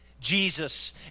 Jesus